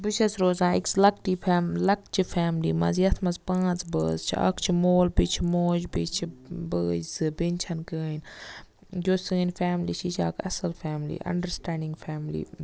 بہٕ چھس روزاں أکِس لَکٹی فیم لَکچہِ فیملی منٛز یِتھ منٛز پانژھ بٲژ چھ اَکھ چھ مول بیٚیہ چھ موج بیٚیہِ چھ بٲے زٕ بیٚنہِ چھنہ کٕہٕنۍ یۄس سٲنۍ فیملی چھ یہِ چھِ اَکھ اَصٕل فیملی اَنڈَرسِٹیڈِنٛگ فیملی